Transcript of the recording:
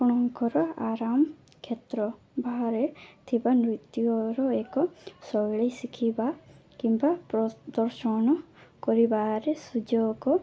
ଆପଣଙ୍କର ଆରାମ କ୍ଷେତ୍ର ବାହାରେ ଥିବା ନୃତ୍ୟର ଏକ ଶୈଳୀ ଶିଖିବା କିମ୍ବା ପ୍ରଦର୍ଶନ କରିବାରେ ସୁଯୋଗ